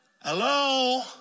Hello